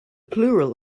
plural